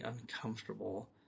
uncomfortable